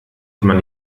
man